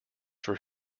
for